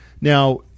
Now